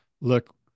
look